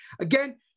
again